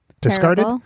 discarded